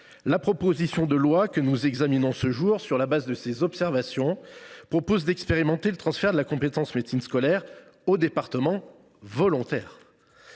La proposition de loi que nous examinons ce jour, qui part de ces observations, vise à expérimenter le transfert de la compétence « médecine scolaire » aux départements volontaires.